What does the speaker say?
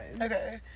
okay